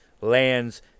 lands